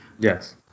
Yes